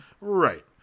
Right